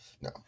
No